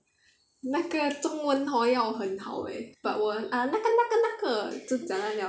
那个中文 hor 要很好 eh but 我 ah 那个那个那个就讲完 liao